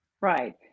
Right